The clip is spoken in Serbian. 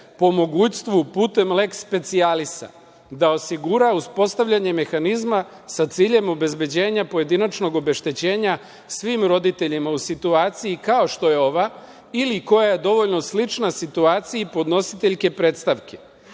po mogućstvu putem leks specijalisa, da osigura uspostavljanje mehanizma sa ciljem obezbeđenja pojedinačnog obeštećenja svim roditeljima u situaciji kao što je ova ili koja je dovoljno slična situaciji podnositeljke predstavke“.Ovaj